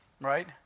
right